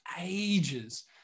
ages